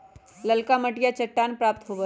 ललका मटिया चट्टान प्राप्त होबा हई